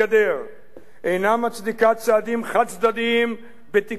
אינה מצדיקה צעדים חד-צדדיים בתקווה שאיכשהו,